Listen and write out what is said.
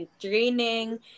training